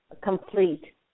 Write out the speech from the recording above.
complete